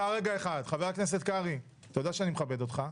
חבר הכנסת קרעי אתה יודע שאני מכבד אותך,